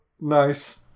nice